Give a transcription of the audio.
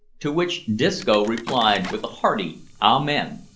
to which disco replied with a hearty amen!